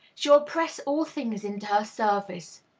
she will press all things into her service.